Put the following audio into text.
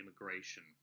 immigration